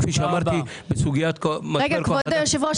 כבוד היושב ראש,